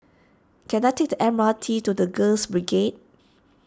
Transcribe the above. can I take the M R T to the Girls Brigade